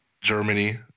Germany